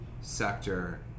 sector